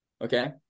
Okay